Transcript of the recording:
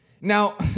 Now